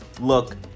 look